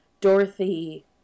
Dorothy